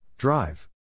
Drive